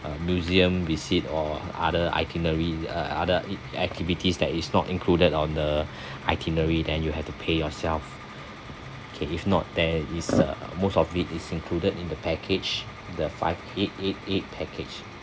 uh museum visit or other itinerary uh other it~ activities that is not included on the itinerary then you have to pay yourself okay if not there is uh most of it is included in the package the five eight eight eight package